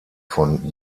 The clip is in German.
von